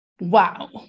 wow